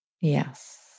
Yes